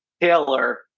Taylor